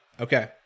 Okay